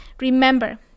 Remember